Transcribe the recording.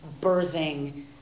birthing